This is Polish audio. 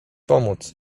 pomóc